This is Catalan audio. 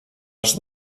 els